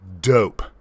dope